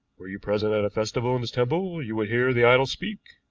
were you present at a festival in this temple, you would hear the idol speak.